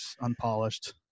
unpolished